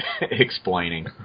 explaining